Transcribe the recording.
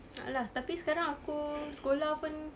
ah lah tapi sekarang aku sekolah pun